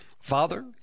Father